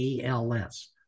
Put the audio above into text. ALS